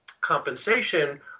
compensation